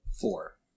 four